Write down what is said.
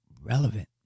relevant